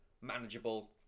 manageable